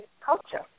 culture